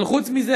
אבל חוץ מזה,